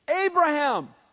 Abraham